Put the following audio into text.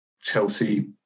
Chelsea